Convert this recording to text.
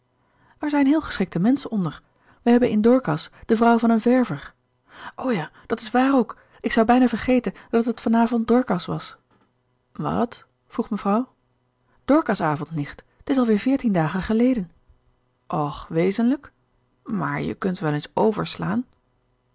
er zijn heel geschikte menschen onder wij hebben in dorcas de vrouw van een verwer o ja dat is waar ook ik zou bijna vergeten dat het van avond dorcas was wat vroeg mevrouw dorcas avond nicht t is al weer veertien dagen geleden och wezenlijk maar je kunt wel eens overslaan